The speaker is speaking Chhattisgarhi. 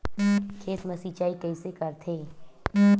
खेत मा सिंचाई कइसे करथे?